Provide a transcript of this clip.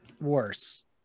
worse